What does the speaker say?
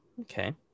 okay